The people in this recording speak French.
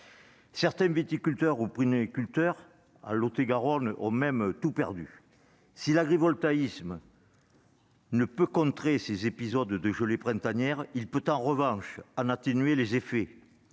Certains viticulteurs ou pruniculteurs du Lot-et-Garonne ont même tout perdu. Si l'agrivoltaïsme ne peut contrer ces épisodes de gelées printanières, il peut en atténuer les effets.